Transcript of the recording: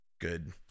good